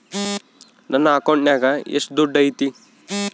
ನನ್ನ ಅಕೌಂಟಿನಾಗ ಎಷ್ಟು ದುಡ್ಡು ಐತಿ?